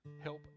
Help